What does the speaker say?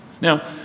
Now